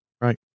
right